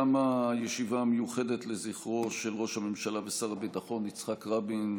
תמה הישיבה המיוחדת לזכרו של ראש הממשלה ושר הביטחון יצחק רבין,